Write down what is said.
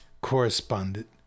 correspondent